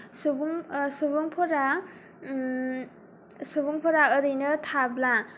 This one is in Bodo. सुबुं सुबुंफोरा सुबुंफोरा ओरैनो थाब्ला